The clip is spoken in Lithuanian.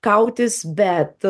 kautis bet